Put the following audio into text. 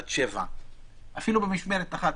עד 19:00. אפילו במשמרת אחת,